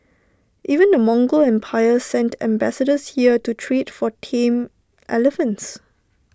even the Mongol empire sent ambassadors here to trade for tame elephants